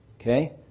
Okay